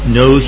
no